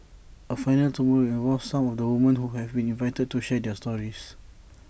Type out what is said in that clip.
A finale tomorrow will involve some of the woman who have been invited to share their stories